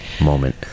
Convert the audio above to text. moment